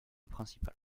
principal